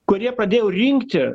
kurie padėjo rinkti